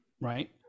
right